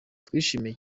twishimiye